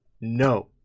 No